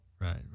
Right